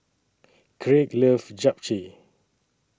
Craig loves Japchae